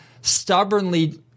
stubbornly